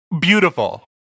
Beautiful